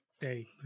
day